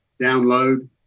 Download